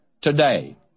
today